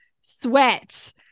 sweat